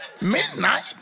midnight